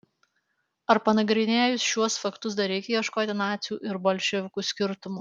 ar panagrinėjus šiuos faktus dar reikia ieškoti nacių ir bolševikų skirtumų